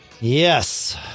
yes